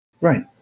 Right